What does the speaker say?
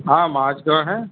ہاں مارچ دو ہے